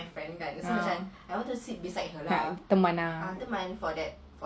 ah teman